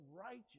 righteous